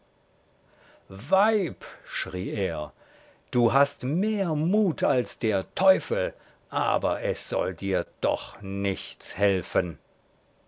weib schrie er du hast mehr mut als der teufel aber es soll dir doch nichts helfen